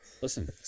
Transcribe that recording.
Listen